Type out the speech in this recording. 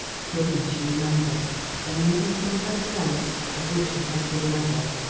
suddenly she remembered and using some of her strength of which she had good measure,